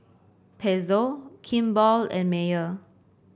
Pezzo Kimball and Mayer